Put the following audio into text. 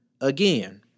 Again